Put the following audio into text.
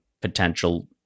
potential